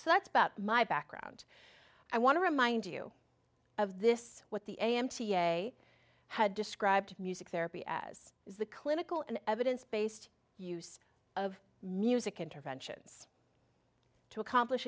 so that's about my background i want to remind you of this what the m t a had described music therapy as the clinical an evidence based use of music interventions to accomplish